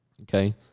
Okay